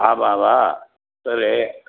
ஆமாம்மா சரி